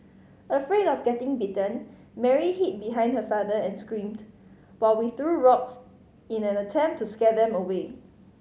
afraid of getting bitten Mary hid behind her father and screamed while we threw rocks in an attempt to scare them away